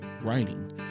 writing